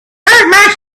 hurting